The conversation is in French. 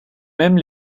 même